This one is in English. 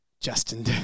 Justin